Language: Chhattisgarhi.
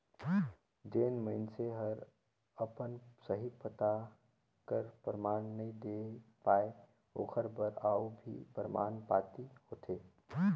जेन मइनसे हर अपन सही पता कर परमान नी देहे पाए ओकर बर अउ भी परमान पाती होथे